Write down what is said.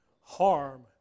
harm